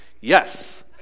Yes